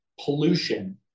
pollution